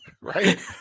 right